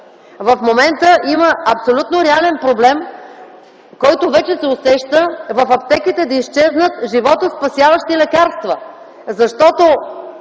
В момента има абсолютно реален проблем, който вече се усеща – в аптеките да изчезнат животоспасяващи лекарства, защото